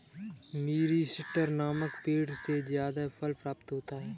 मीरीस्टिकर नामक पेड़ से जायफल प्राप्त होता है